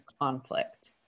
conflict